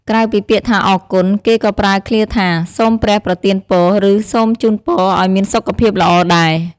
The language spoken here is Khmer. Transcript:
ក្រៅពីពាក្យថាអរគុណ គេក៏ប្រើឃ្លាថា សូមព្រះប្រទានពរ ឬ សូមជូនពរឱ្យមានសុខភាពល្អដែរ។